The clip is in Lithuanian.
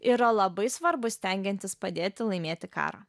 yra labai svarbus stengiantis padėti laimėti karą